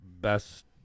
best